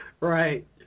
Right